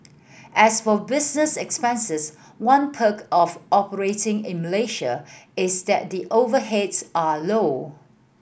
as for business expenses one perk of operating in Malaysia is that the overheads are low